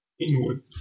inward